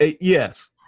Yes